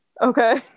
Okay